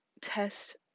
test